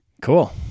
Cool